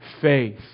faith